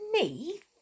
underneath